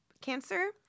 cancer